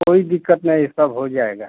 कोई दिक्कत नहीं सब हो जाएगा